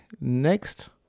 next